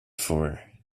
for